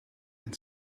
and